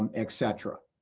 um et cetera.